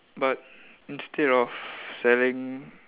but instead of selling